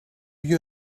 you